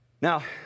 Now